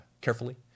carefully